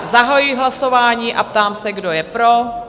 Zahajuji hlasování a ptám se, kdo je pro?